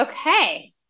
Okay